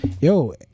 yo